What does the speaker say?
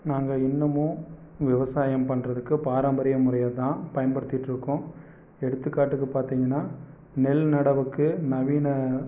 நாங்கள் இன்னமும் விவசாயம் பண்ணுறதுக்கு பாரம்பரிய முறைய தான் பயன்படுத்திட்டுருக்கோம் எடுத்துக்காட்டுக்கு பார்த்திங்கன்னா நெல் நடவுக்கு நவீன